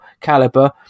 caliber